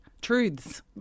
Truths